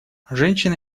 женщины